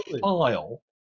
file